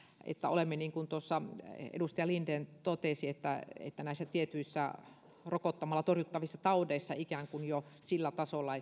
että olemme niin kuin tuossa edustaja linden totesi näissä tietyissä rokottamalla torjuttavissa taudeissa ikään kuin jo sillä tasolla